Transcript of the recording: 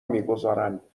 میگذارند